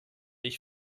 ich